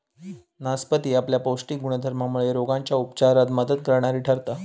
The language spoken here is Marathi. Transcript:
नासपती आपल्या पौष्टिक गुणधर्मामुळे रोगांच्या उपचारात मदत करणारी ठरता